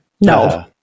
No